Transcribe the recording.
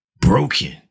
broken